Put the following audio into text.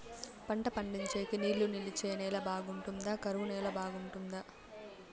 పంట పండించేకి నీళ్లు నిలిచే నేల బాగుంటుందా? కరువు నేల బాగుంటుందా?